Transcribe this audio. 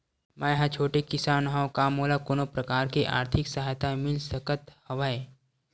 मै ह छोटे किसान हंव का मोला कोनो प्रकार के आर्थिक सहायता मिल सकत हवय?